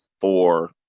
four